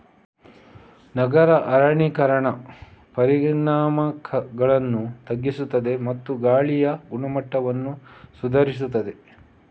ನಗರ ಅರಣ್ಯೀಕರಣ ಪರಿಣಾಮಗಳನ್ನು ತಗ್ಗಿಸುತ್ತದೆ ಮತ್ತು ಗಾಳಿಯ ಗುಣಮಟ್ಟವನ್ನು ಸುಧಾರಿಸುತ್ತದೆ